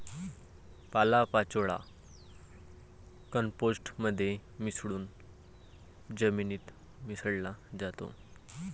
पालापाचोळा कंपोस्ट मध्ये मिसळून जमिनीत मिसळला जातो